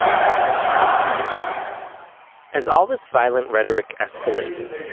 um as all this violent rhetoric escalated,